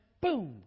boom